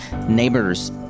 neighbors